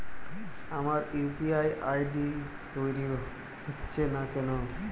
আমার UPI ID তৈরি হচ্ছে না কেনো?